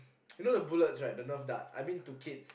you know the bullets right the Nerf darts I mean to kids